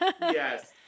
Yes